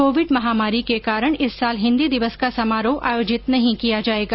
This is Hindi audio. कोविड महामारी के कारण इस साल हिन्दी दिवस का समारोह आयोजित नहीं किया जायेगा